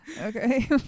Okay